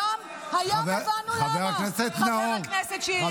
היום הבנו למה, חבר הכנסת שירי.